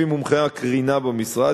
לפי מומחי הקרינה במשרד,